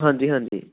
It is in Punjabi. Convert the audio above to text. ਹਾਂਜੀ ਹਾਂਜੀ